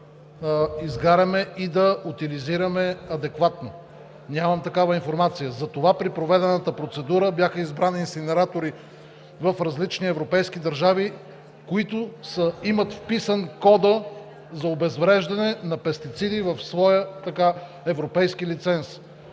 изгаряме и да утилизираме адекватно. Нямам такава информация, затова при проведената процедура бяха избрани инсинератори в различни европейски държави, които имат вписан код за обезвреждане на пестициди в своя европейски лиценз.